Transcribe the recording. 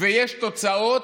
ויש תוצאות,